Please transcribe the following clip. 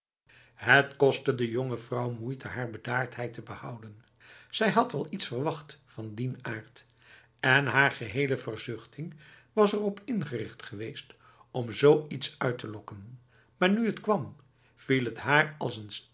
het kostte de jonge vrouw moeite haar bedaardheid te behouden zij had wel iets verwacht van dien aard en haar gehele verzuchting was erop ingericht geweest om zoiets uit te lokken maar nu het kwam viel het haar als een